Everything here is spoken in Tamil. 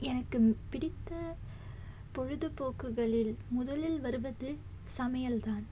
எனக்கு பிடித்த பொழுதுப்போக்குகளில் முதலில் வருவது சமையல் தான்